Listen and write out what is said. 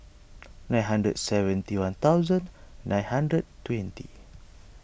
nine hundred seventy one thousand nine hundred twenty